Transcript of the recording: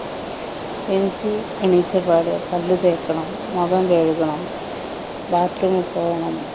എനിക്ക് എണീറ്റ പാടേ പല്ല് തേക്കണം മുഖം കഴുകണം ബാത്റൂമിൽ പോകണം